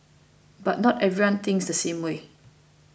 but not everyone thinks the same way